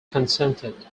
consented